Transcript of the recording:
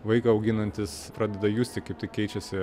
vaiką auginantis pradeda justi kaip tik keičiasi